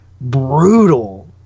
Brutal